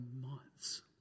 months